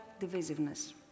divisiveness